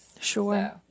Sure